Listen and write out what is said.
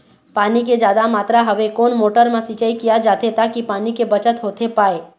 पानी के जादा मात्रा हवे कोन मोटर मा सिचाई किया जाथे ताकि पानी के बचत होथे पाए?